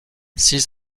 six